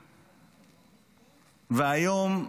והיום,